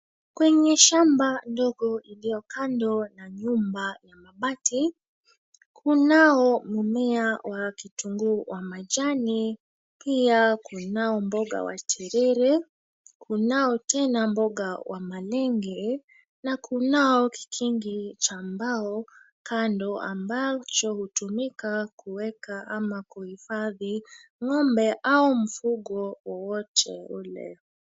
Kwenye shamba ndogo iliyo kando na nyumba ya mabati, kunao mmea wa kitunguu wa majani. Pia kunao mboga wa terere, kunao tena mboga wa malenge, na kunao kikingi cha mbao kando, ambacho hutumika kuweka ama kuhifadhi ng'ombe, au mfugo wowote ule.